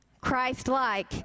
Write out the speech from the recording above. Christ-like